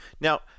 Now